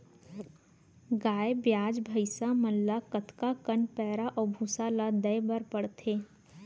गाय ब्याज भैसा मन ल कतका कन पैरा अऊ भूसा ल देये बर पढ़थे?